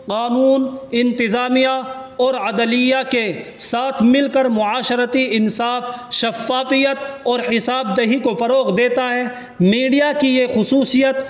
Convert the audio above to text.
قانون انتظامیہ اور عدلیہ کے ساتھ مل کر معاشرتی انصاف شفافیت اور حساب دہی کو فروغ دیتا ہے میڈیا کی یہ خصوصیت